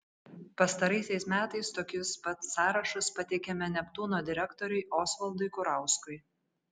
pastaraisiais metais tokius pat sąrašus pateikiame neptūno direktoriui osvaldui kurauskui